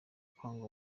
kwanga